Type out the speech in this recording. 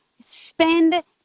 Spend